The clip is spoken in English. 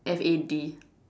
F A D